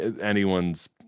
anyone's